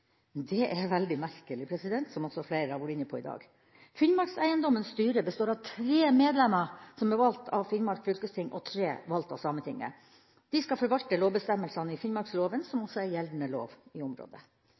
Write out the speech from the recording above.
Det er veldig merkelig, som også flere har vært inne på i dag. Finnmarkseiendommens styre består av tre medlemmer som er valgt av Finnmark fylkesting, og tre valgt av Sametinget. De skal forvalte lovbestemmelsene i finnmarksloven, som altså er gjeldende lov på området.